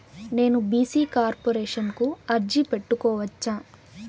నేను BC corporation కు అర్జీ పెట్టుకోవచ్చా?